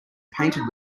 painted